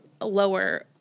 lower